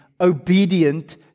obedient